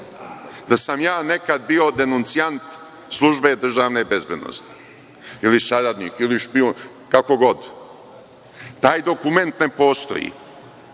da sam ja nekada bio denuncijant službe državne bezbednosti, ili saradnik, ili špijun, kako god. Taj dokument ne postoji,